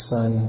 Son